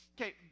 Okay